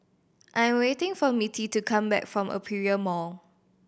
I'm waiting for Mittie to come back from Aperia Mall